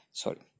sorry